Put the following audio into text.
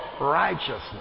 righteousness